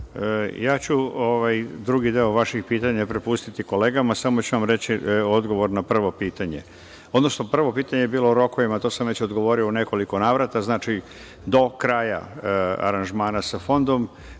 Ja ću drugi deo vaših pitanja prepustiti kolegama. Samo ću vam reći odgovor na prvo pitanje, odnosno prvo pitanje je bilo o rokovima, a to sam već odgovorio u nekoliko navrata. Znači, do kraja aranžmana sa fondom.